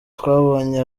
twabonye